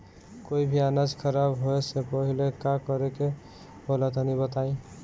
कोई भी अनाज खराब होए से पहले का करेके होला तनी बताई?